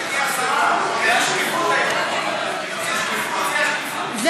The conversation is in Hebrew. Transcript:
גברתי השרה, זה שקיפות, שיא השקיפות.